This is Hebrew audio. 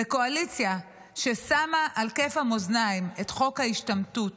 וקואליציה ששמה על כף המאזניים את חוק ההשתמטות